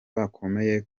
bakomeye